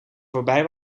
voorbij